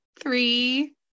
Three